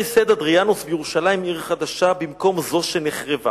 "כאשר יסד אדריאנוס בירושלים עיר חדשה במקום זו שנחרבה